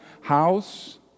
house